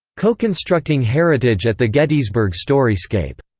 coconstructing heritage at the gettysburg storyscape.